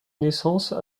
naissance